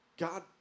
God